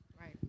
Right